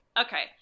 Okay